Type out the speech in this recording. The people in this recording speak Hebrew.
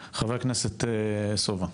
תודה רבה, חבר הכנסת יבגני סובה.